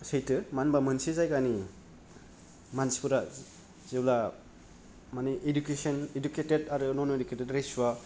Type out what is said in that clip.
सैथो मानो होनबा मोनसे जायगानि मानसिफोरा जेब्ला माने इडुकेसन इडुकेटेट आरो नन इडुकेटेट रेसुवा